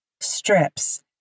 strips